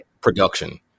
production